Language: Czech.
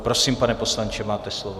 Prosím, pane poslanče, máte slovo.